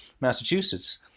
Massachusetts